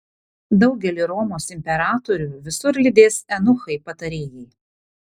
daugelį romos imperatorių visur lydės eunuchai patarėjai